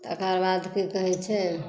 तकरबाद की कहै छै